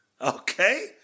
Okay